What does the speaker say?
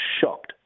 shocked